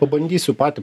pabandysiu patį